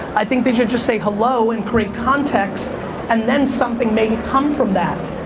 i think they should just say hello and create context and then something may come from that.